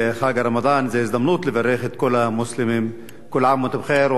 זו הזדמנות לברך את כל המוסלמים לרגל חג הרמדאן.